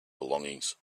belongings